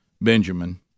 Benjamin